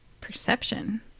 Perception